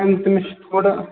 تٔمِس تٔمِس چھِ تھوڑا